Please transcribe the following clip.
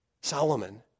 Solomon